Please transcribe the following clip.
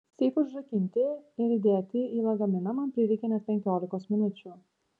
seifui užrakinti ir įdėti į lagaminą man prireikė net penkiolikos minučių